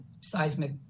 seismic